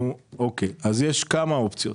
יש כמה אופציות.